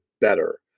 better